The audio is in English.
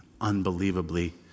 unbelievably